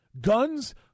Guns